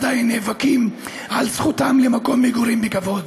עדיין נאבקים על זכותם למקום מגורים בכבוד,